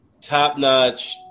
top-notch